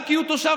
רק אם הוא תושב